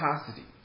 capacity